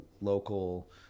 local